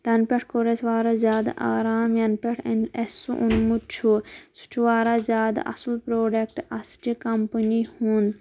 تَنہٕ پٮ۪ٹھ کوٚر اَسہِ وارا زیادٕ آرام یَنہٕ پٮ۪ٹھ أنۍ اَسہِ سُہ اوٚنمُت چھُ سُہ چھُ واریاہ زیادٕ اصٕل پرٛوڈکٹ اصلہِ کٔمپٔنی ہُنٛد